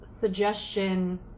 suggestion